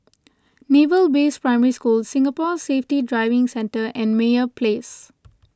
Naval Base Primary School Singapore Safety Driving Centre and Meyer Place